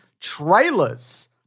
trailers